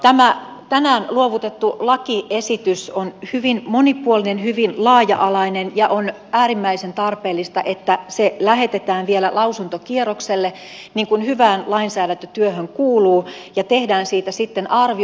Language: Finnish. tämä tänään luovutettu lakiesitys on hyvin monipuolinen hyvin laaja alainen ja on äärimmäisen tarpeellista että se lähetetään vielä lausuntokierrokselle niin kun hyvään lainsäädäntötyöhön kuuluu ja tehdään siitä sitten arvio